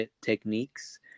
techniques